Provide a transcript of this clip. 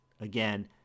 again